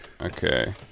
Okay